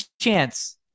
chance